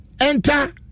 enter